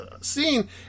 scene